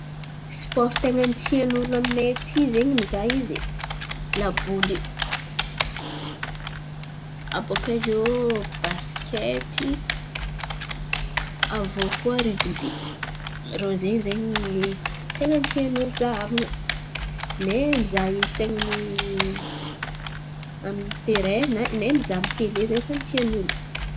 Sipôro ten̈a ny tian'olo aminay aty zen̈y mizaha izy laboly abôkaiô basikety aviô koa rigibÿ. Rô zen̈y zen̈y ny ten̈a ny tian'olo zahavan̈a ne mizaha izy ten̈a ny amin'ny tere ne mizaha amy tele zen̈y samby tian'olo.